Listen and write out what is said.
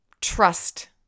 trust